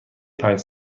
پنج